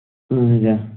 اَہَن حظ آ